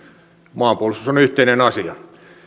maanpuolustus on yhteinen asia